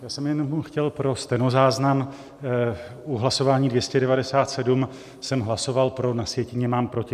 Já jsem jenom chtěl pro stenozáznam: u hlasování 297 jsem hlasoval pro, na sjetině mám proti.